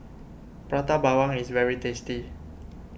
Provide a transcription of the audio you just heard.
Prata Bawang is very tasty